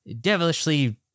devilishly